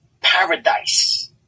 paradise